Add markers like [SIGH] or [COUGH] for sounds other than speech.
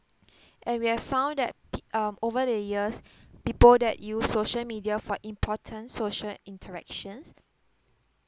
[BREATH] and we have found that peo~ um over the years [BREATH] people that use social media for important social interactions